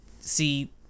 see